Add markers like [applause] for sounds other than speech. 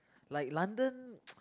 like London [noise]